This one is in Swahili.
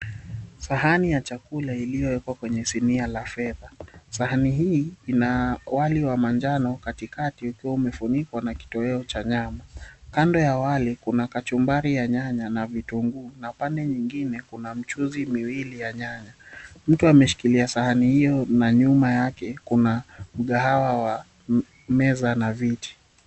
Shani ya chakula iliyowekwa kwenye sinia la fedha. Sahani hii ina wali wa manjano katikati ukiwa umefunikwa na kitoweo cha nyama, kando ya wali kuna kachumbari ya nyanya na vitunguu na pande nyingine kuna michuzi miwili ya nyanya, Mtu ameshikilia sahani hiyo na nyuma yake kuna mkahawa wa meza na viti.